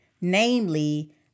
namely